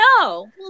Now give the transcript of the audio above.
no